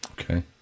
Okay